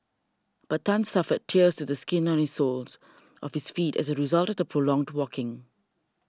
but Tan suffered tears to the skin on his soles of his feet as a result of the prolonged walking